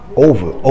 over